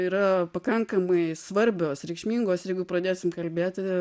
yra pakankamai svarbios reikšmingos ir jeigu pradėsim kalbėti